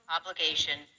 obligation